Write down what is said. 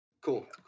Cool